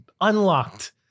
unlocked